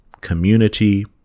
community